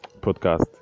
podcast